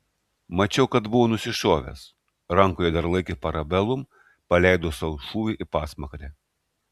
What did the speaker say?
mačiau kad buvo nusišovęs rankoje dar laikė parabellum paleido sau šūvį į pasmakrę